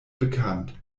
bekannt